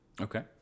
Okay